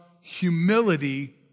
humility